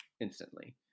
instantly